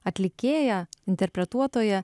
atlikėją interpretuotoją